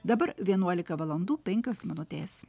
dabar vienuolika valandų penkios minutės